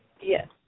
Yes